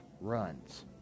runs